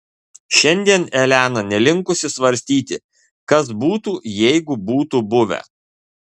šiandien elena nelinkusi svarstyti kas būtų jeigu būtų buvę